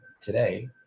today